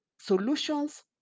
solutions